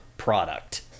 product